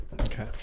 Okay